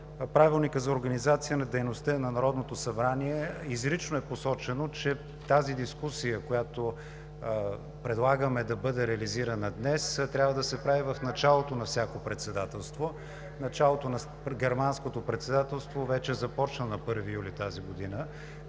Правилника за организацията и дейността на Народното събрание изрично е посочено, че дискусията, която предлагаме да бъде реализирана днес, трябва да се прави в началото на всяко председателство. Началото на Германското председателство започна на 1 юли тази година.